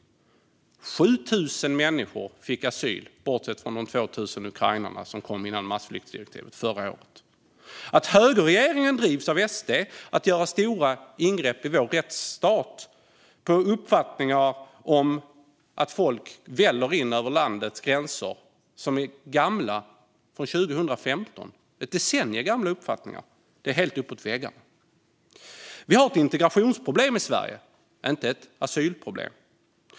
Förra året fick 7 000 människor asyl i vårt land, bortsett från de 2 000 ukrainarna som kom hit enligt massflyktsdirektivet. Högerregeringen drivs av SD att göra stora ingrepp i vår rättsstat på grund av uppfattningar som är gamla, från 2015, om att folk väller in över landets gränser. Det är uppfattningar som är nästan ett decennium gamla. Det är helt uppåt väggarna. Vi har ett integrationsproblem i Sverige, inte ett asylproblem.